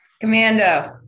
Commando